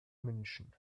münchen